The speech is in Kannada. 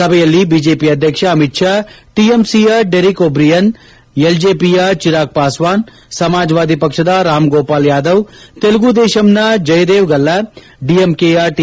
ಸಭೆಯಲ್ಲಿ ಬಿಜೆಪಿ ಅಧ್ಯಕ್ಷ ಅಮಿತ್ ಶಾ ಟಿಎಂಸಿಯ ಡೆರಿಕ್ ಒಬ್ರಿಯನ್ ಎಲ್ಜೆಪಿಯ ಚಿರಾಗ್ ಪಾಸ್ವಾನ್ ಸಮಾಜವಾದಿ ಪಕ್ಷದ ರಾಮ್ಗೋಪಾಲ್ ಯಾದವ್ ತೆಲುಗು ದೇಶಂನ ಜಯದೇವ್ ಗಲ್ಲಾ ಡಿಎಂಕೆಯ ಟಿ